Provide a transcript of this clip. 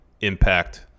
impact